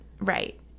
Right